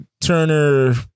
Turner